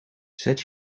zet